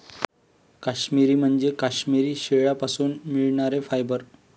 काश्मिरी म्हणजे काश्मिरी शेळ्यांपासून मिळणारे फायबर